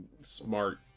smart